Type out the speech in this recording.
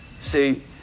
see